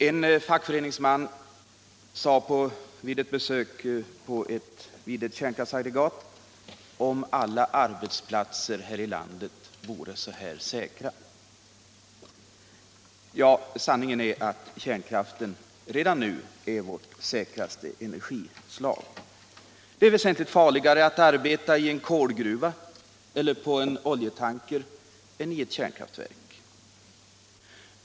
En fackföreningsman sade under ett besök vid ett kärnkraftsaggregat: Om 41 alla arbetsplatser i landet vore så här säkra! Sanningen är att kärnkraften redan nu är vårt säkraste energislag. Det är väsentligt farligare att arbeta i en kolgruva eller på en oljetanker än i ett kärnkraftverk.